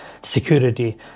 security